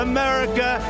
America